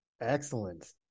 Excellent